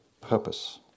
purpose